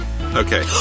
Okay